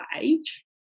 age